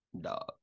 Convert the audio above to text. dog